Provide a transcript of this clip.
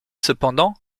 cependant